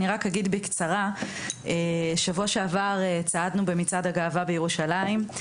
אני רק אגיד בקצרה: בשבוע שעבר צעדנו במצעד הגאווה בירושלים.